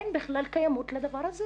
אין בכלל קיימות לדבר הזה